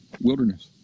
Wilderness